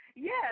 Yes